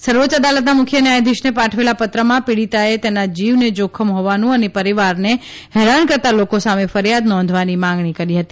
સર્વોચ્ય અદાલતના મુખ્ય ન્યાયધીશને પાઠવેલા પત્રમાં પીડીતાએ તેના જીવને જાખમ હોવાનું અને પરિવારને હેરાન કરતા લોકો સામે ફરિયાદ નોંધવાની માંગણી કરી હતી